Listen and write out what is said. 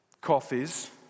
Coffees